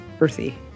earthy